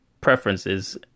preferences